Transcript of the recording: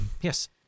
yes